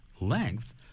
length